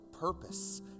purpose